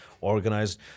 organized